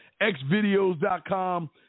xvideos.com